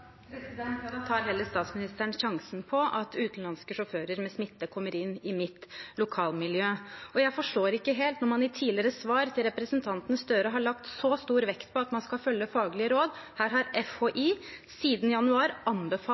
Ja, da tar heller statsministeren sjansen på at utenlandske sjåfører med smitte kan komme inn i mitt lokalmiljø. Jeg forstår ikke helt, for man har i tidligere svar til representanten Gahr Støre lagt så stor vekt på at man skal følge faglige råd, og her har FHI siden januar anbefalt